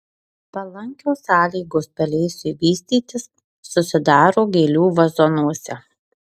palankios sąlygos pelėsiui vystytis susidaro gėlių vazonuose